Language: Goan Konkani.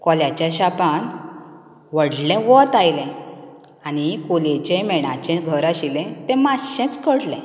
कोल्याच्या शापान व्हडलें वत आयलें आनी कोलेचें मेणाचें घर आशिल्लें तें मात्शेंच कडलें